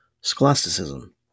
scholasticism